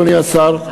אדוני השר,